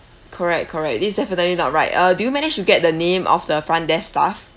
correct correct this is definitely not right uh do you manage to get the name of the front desk staff